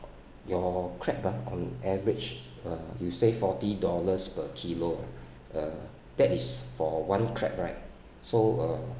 your crab ah on average uh you say forty dollars per kilo uh that is for one crab right so uh